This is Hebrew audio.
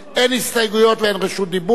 אין הסתייגויות לרשות דיבור.